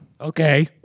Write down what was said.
Okay